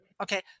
Okay